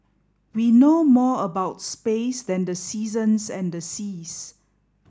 we know more about space than the seasons and the seas